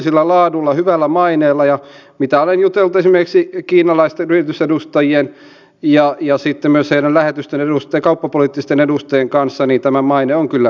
kyllä meidän päättäjinä on ymmärrettävä näitten yksittäisten säästötoimien vaikutus kokonaisuuteen ja tulevaisuuteen muustakin kuin talouden näkökulmasta vaikka se täällä esimerkiksi edustaja heikkisen puheenvuorossa nousi esille